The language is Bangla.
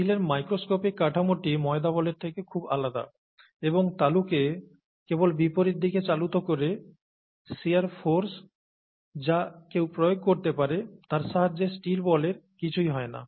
স্টিলের মাইক্রোস্কোপিক কাঠামোটি ময়দা বলের থেকে খুব আলাদা এবং তালুকে কেবল বিপরীত দিকে চালিত করে শিয়ার ফোর্স যা কেউ প্রয়োগ করতে পারে তার সাহায্যে স্টিল বলের কিছুই হয় না